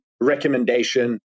recommendation